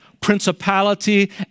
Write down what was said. principality